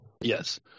Yes